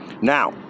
Now